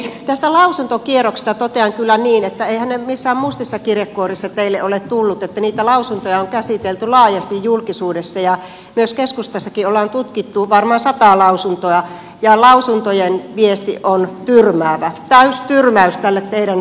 tästä lausuntokierroksesta totean kyllä niin että eiväthän ne missään mustissa kirjekuorissa teille ole tulleet vaan niitä lausuntoja on käsitelty laajasti julkisuudessa ja keskustassakin ollaan tutkittu varmaan sataa lausuntoa ja lausuntojen viesti on tyrmäävä täystyrmäys tälle teidän orpon mallille